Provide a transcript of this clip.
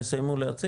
הם יסיימו להציג,